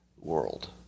world